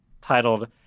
titled